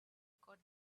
got